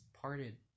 Parted